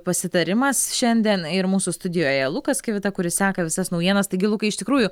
pasitarimas šiandien ir mūsų studijoje lukas kivita kuris seka visas naujienas taigi lukai iš tikrųjų